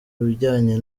bijyanye